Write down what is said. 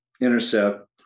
intercept